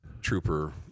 Trooper